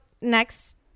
next